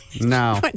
No